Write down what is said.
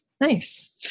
Nice